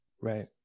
Right